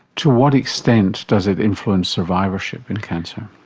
to what extent does it influence survivorship in cancer?